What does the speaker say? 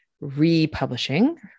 republishing